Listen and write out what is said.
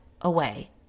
away